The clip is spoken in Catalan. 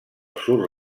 surt